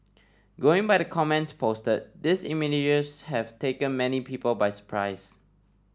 going by the comments posted these have taken many people by surprise